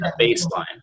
baseline